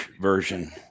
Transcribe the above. version